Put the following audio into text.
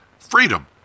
freedom